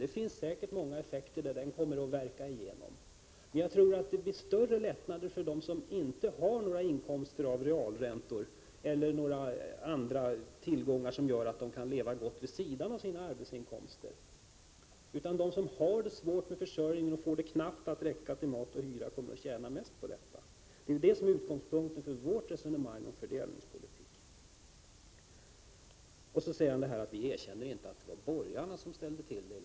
Det finns säkert många sådana effekter, men jag tror att det blir större lättnader för dem som inte har några inkomster av realräntor eller andra tillgångar som gör att de kan leva gott vid sidan av sina arbetsinkomser. Att de som har det svårt med försörjningen och knappt får pengarna att räcka till mat och hyra kommer att tjäna mest på en sådan här reform är utgångspunkten för vårt resonemang. Anser inte vpk att det var borgarna som ställde till det i landet?